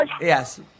Yes